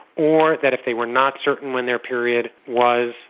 or that if they were not certain when their period was,